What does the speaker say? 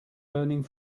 burning